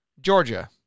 Georgia